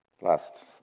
Last